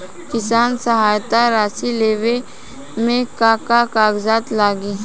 किसान सहायता राशि लेवे में का का कागजात लागी?